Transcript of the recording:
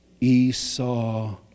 Esau